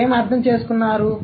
మీరు ఏమి అర్థం చేసుకున్నారు